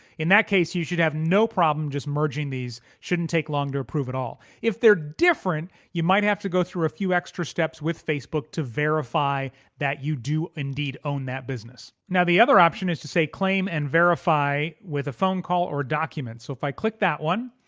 in that case you should have no problem just merging these shouldn't take long to approve at all if they're different you might have to go through a few extra steps with facebook to verify that you do indeed own that business. now the other option is to say, claim and verify with a phone call or documents. so if i click that one,